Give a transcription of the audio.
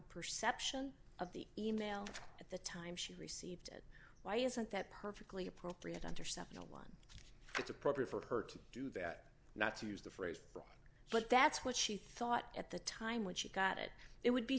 perception of the e mail at the time she received it why isn't that perfectly appropriate under seven hundred and one it's appropriate for her to do that not to use the phrase but that's what she thought at the time when she got it it would be